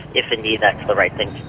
if indeed that's the right thing